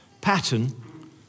pattern